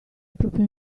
proprio